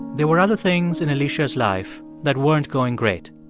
there were other things in alicia's life that weren't going great.